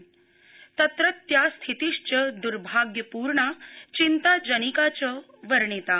तेन तत्रत्या स्थिति द्र्भाग्यपूर्णा चिन्ताजनिका च वर्णिता